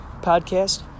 podcast